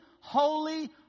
Holy